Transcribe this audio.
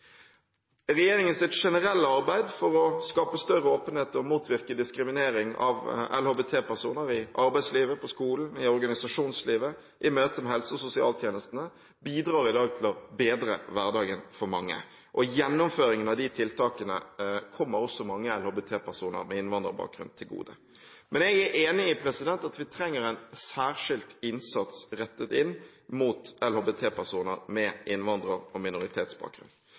generelle arbeid for å skape større åpenhet og motvirke diskriminering av LHBT-personer i arbeidslivet, på skolen, i organisasjonslivet og i møte med helse- og sosialtjenestene bidrar i dag til å bedre hverdagen for mange. Gjennomføringen av de tiltakene kommer også mange LHBT-personer med innvandrerbakgrunn til gode. Men jeg er enig i at vi trenger en særskilt innsats rettet inn mot LHBT-personer med innvandrer- og minoritetsbakgrunn.